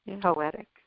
poetic